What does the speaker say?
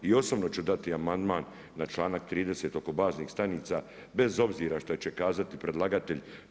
I osobno ću dati amandman na članak 30. oko baznih stanica bez obzira što će kazati predlagatelj.